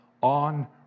on